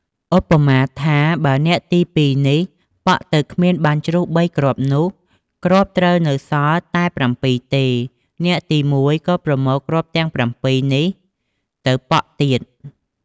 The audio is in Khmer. ឧបមាថា បើអ្នកទី២នេះប៉ក់ទៅគ្មានបានជ្រុះ ៣ គ្រាប់នោះ គ្រាប់ត្រូវនៅសល់តែ៧ទេ អ្នកទី១ ក៏ប្រមូលគ្រាប់ទាំង៧ នេះទៅប៉ក់ទៀត។